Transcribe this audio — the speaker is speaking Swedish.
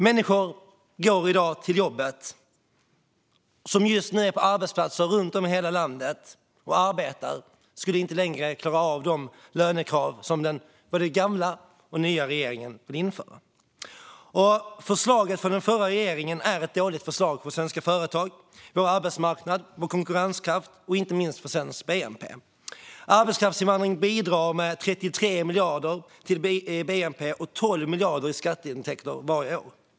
Människor som i dag går till jobbet, som just nu är på arbetsplatser runt om i hela landet och arbetar, skulle inte längre klara de lönekrav som både den gamla och den nya regeringen vill införa. Förslaget från den förra regeringen är dåligt för svenska företag, vår arbetsmarknad och vår konkurrenskraft, och inte minst för svensk bnp. Arbetskraftsinvandring bidrar med 33 miljarder till bnp och med 12 miljarder i skatteintäkter varje år.